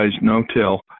no-till